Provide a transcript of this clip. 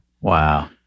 Wow